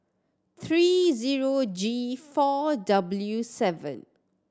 three zero G four W seven